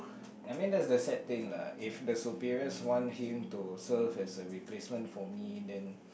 I mean that's the sad thing lah if the superiors want him to serve as a replacement for me then